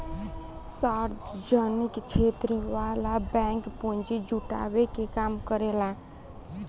सार्वजनिक क्षेत्र वाला बैंक पूंजी जुटावे के काम करेला